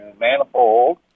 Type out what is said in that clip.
manifold